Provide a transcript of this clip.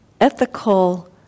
ethical